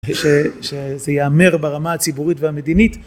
שזה יאמר ברמה הציבורית והמדינית.